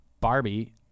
Barbie